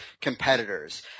competitors